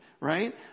right